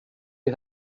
you